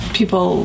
people